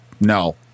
No